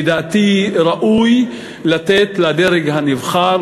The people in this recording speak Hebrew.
לדעתי ראוי לתת לדרג הנבחר,